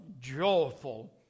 joyful